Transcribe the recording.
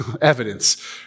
evidence